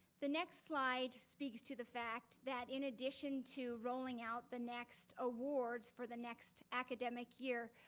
the next slide speaks to the fact that in addition to rolling out the next awards for the next academic year,